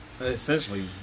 Essentially